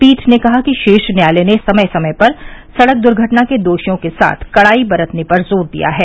पीठ ने कहा कि शीर्ष न्यायालय ने समय समय पर सड़क दुर्घटना के दोषियों के साथ कड़ाई बरतने पर ज़ोर दिया है